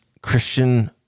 Christian